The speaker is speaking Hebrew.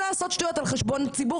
ולא לעשות שטויות על חשבון הציבור.